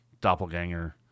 doppelganger